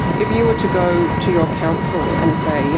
if you were to go to your council and say, you